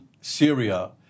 Syria